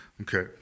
okay